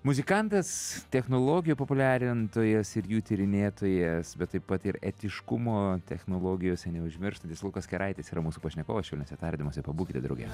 muzikantas technologijų populiarintojas ir jų tyrinėtojas bet taip pat ir etiškumo technologijose neužmirštantis lukas keraitis yra mūsų pašnekovas švelniuose tardymuose pabūkite drauge